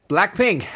Blackpink